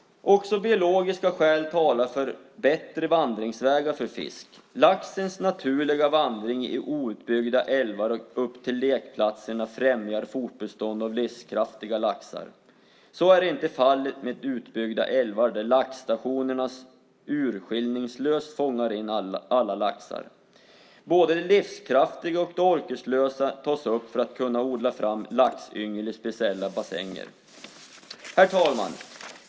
Också biologiska skäl talar för bättre vandringsvägar för fisk. Laxens naturliga vandring i outbyggda älvar upp till lekplatserna främjar fortbestånd av livskraftiga laxar. Så är inte fallet med utbyggda älvar där laxstationerna urskillningslöst fångar in alla laxar. Både de livskraftiga och de orkeslösa tas upp för att man ska kunna odla fram laxyngel i speciella bassänger. Herr talman!